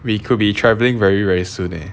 we could be travelling very very soon eh